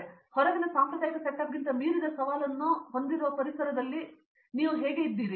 ಆದ್ದರಿಂದ ಹೊರಗಿನ ಸಾಂಪ್ರದಾಯಿಕ ಸೆಟಪ್ಗಿಂತ ಮೀರಿದ ಸವಾಲನ್ನು ಹೊಂದಿರುವ ಪರಿಸರವನ್ನು ಇಲ್ಲಿ ನೀವು ಹೊಂದಿರುವಿರಿ ಎಂದು ನಾನು ಭಾವಿಸುತ್ತೇನೆ